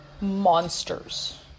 monsters